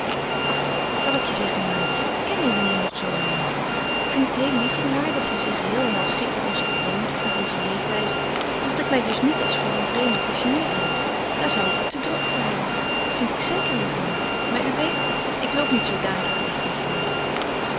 ach wat zal ik je zeggen maatje ik ken eline nog zoo weinig ik vind het heel lief van haar dat ze zich geheel en al schikt naar onze gewoonten naar onze leefwijze en dat ik mij dus niet als voor een vreemde te geneeren heb daar zou ik het te druk voor hebben dat vind ik zeker lief in haar maar u weet ik loop niet zoo dadelijk weg met iemand